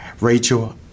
Rachel